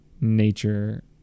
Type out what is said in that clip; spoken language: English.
nature